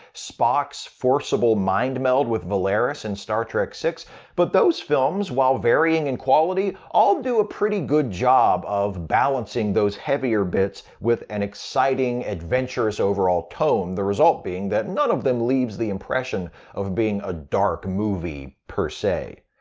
spock's forcible mind meld with valeris in star trek vi but those films, while varying in quality, all do a pretty good job of balancing those heavier bits with an exciting, adventurous overall tone, the result being that none of them leaves the impression of being a dark movie, per se.